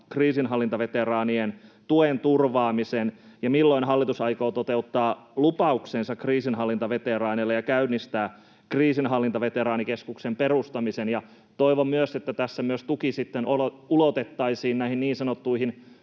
kriisinhallintaveteraanien tuen turvaamisen, ja milloin hallitus aikoo toteuttaa lupauksensa kriisinhallintaveteraaneille ja käynnistää kriisinhallintaveteraanikeskuksen perustamisen? Toivon myös, että tässä tuki sitten ulotettaisiin näihin niin sanottuihin